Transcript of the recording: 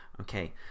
Okay